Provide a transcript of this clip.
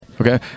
Okay